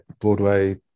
Broadway